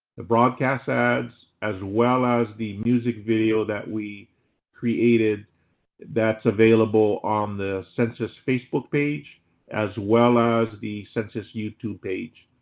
the broadcast ads as well as the music video that we created that's available on the census facebook page as well as the census youtube page.